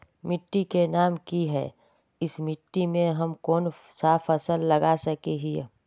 मिट्टी के नाम की है इस मिट्टी में हम कोन सा फसल लगा सके हिय?